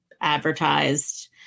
advertised